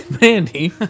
Mandy